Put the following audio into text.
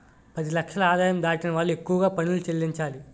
పది లక్షల ఆదాయం దాటిన వాళ్లు ఎక్కువగా పనులు చెల్లించాలి